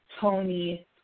Tony